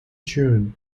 june